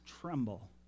tremble